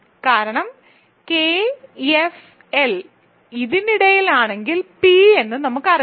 കാരണം കെഎഫ്എൽ ഇതിനിടയിലാണെങ്കിൽ പി എന്ന് നമുക്കറിയാം